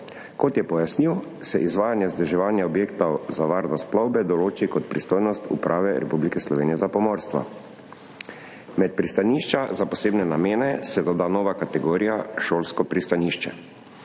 Kot je pojasnil, se izvajanje vzdrževanja objektov za varnost plovbe določi kot pristojnost Uprave Republike Slovenije za pomorstvo. Med pristanišča za posebne namene se doda nova kategorija – šolsko pristanišče.